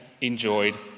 enjoyed